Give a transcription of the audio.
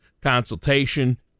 consultation